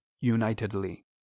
unitedly